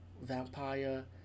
vampire